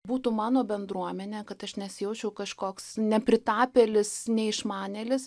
būtų mano bendruomenė kad aš nesijausčiau kažkoks nepritapėlis neišmanėlis